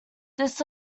this